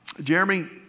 Jeremy